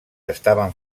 estaven